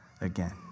again